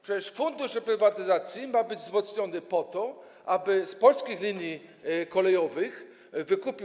Przecież Fundusz Reprywatyzacji ma być wzmocniony po to, aby od Polskich Linii Kolejowych wykupił.